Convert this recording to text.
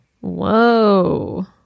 Whoa